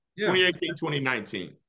2018-2019